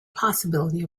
possibility